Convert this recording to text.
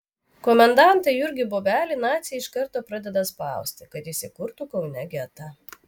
komendantą jurgį bobelį naciai iš karto pradeda spausti kad jis įkurtų kaune getą